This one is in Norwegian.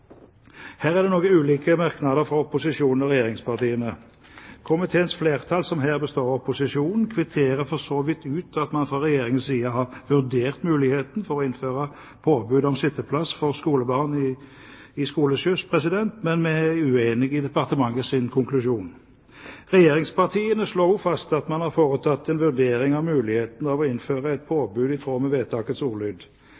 Her er det noe ulike merknader fra opposisjonen og regjeringspartiene. Komiteens flertall, som her består av opposisjonen, kvitterer for så vidt ut at man fra Regjeringens side har vurdert muligheten for å innføre påbud om sitteplass for skolebarn i skoleskyss, men vi er uenig i departementets konklusjon. Regjeringspartiene slår også fast at man har foretatt en vurdering av mulighetene for å innføre et